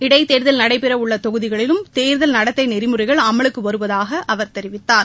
இடைத்தேர்தல் நடைபெறவுள்ள தொகுதிகளிலும் தேர்தல் நடத்தை நெறிமுறைகள் அமலுக்கு வருவதாக அவர் தெரிவித்தார்